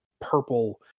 purple